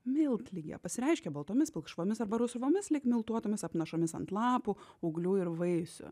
miltligė pasireiškia baltomis pilkšvomis arba rausvomis lyg miltuotomis apnašomis ant lapų ūglių ir vaisių